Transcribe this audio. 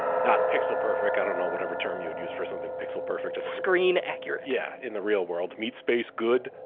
not pixel perfect, i don't know whatever term you would use for something pixel perfect screen accurate. yeah, in the real world, meets space good,